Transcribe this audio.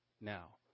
Now